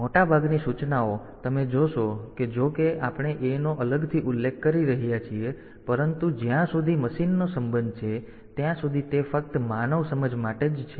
તેથી મોટાભાગની સૂચનાઓ તમે જોશો કે જો કે આપણે A નો અલગથી ઉલ્લેખ કરી રહ્યા છીએ પરંતુ જ્યાં સુધી મશીનનો સંબંધ છે ત્યાં સુધી તે ફક્ત માનવ સમજ માટે છે